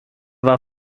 war